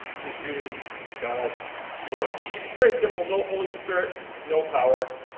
to do god's work. it's very simple. no holy spirit, no power,